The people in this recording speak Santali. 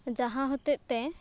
ᱡᱟᱦᱟᱸ ᱦᱚᱛᱮᱫ ᱛᱮ